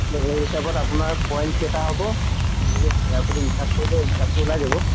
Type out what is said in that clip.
এতিয়া সেই হিচাপত আপোনাৰ পইণ্ট কেইটা হ'ব গতিকে আপুনি হিচাপ কৰিলে হিচাপটো ওলাই যাব